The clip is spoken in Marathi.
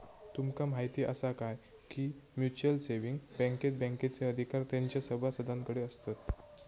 तुमका म्हायती आसा काय, की म्युच्युअल सेविंग बँकेत बँकेचे अधिकार तेंच्या सभासदांकडे आसतत